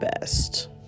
best